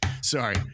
sorry